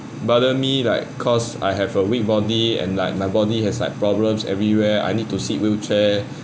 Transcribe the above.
bother me like cause I have a weak body and like my body has like problems everywhere I need to sit wheelchair